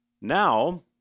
Now